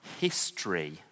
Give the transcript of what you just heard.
history